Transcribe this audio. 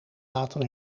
laten